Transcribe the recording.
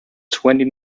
twenty